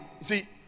see